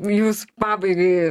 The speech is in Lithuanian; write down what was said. jūs pabaigai